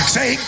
Say